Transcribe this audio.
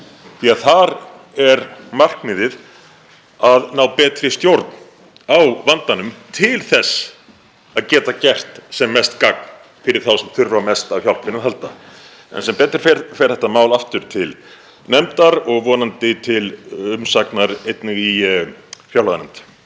því þar er markmiðið að ná betri stjórn á vandanum til þess að geta gert sem mest gagn fyrir þá sem þurfa mest á hjálpinni að halda. En sem betur fer fer þetta mál aftur til nefndar og vonandi einnig til umsagnar í fjárlaganefnd.